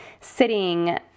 sitting